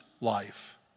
life